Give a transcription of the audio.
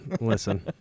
listen